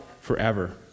forever